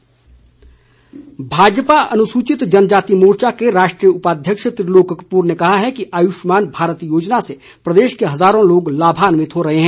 त्रिलोक कपूर भाजपा अनुसूचित जनजातीय मोर्चा के राष्ट्रीय उपाध्यक्ष त्रिलोकपुर ने कहा है कि आयुष्मान भारत योजना से प्रदेश के हजारों लोग लाभान्वित हो रहे हैं